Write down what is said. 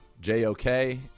J-O-K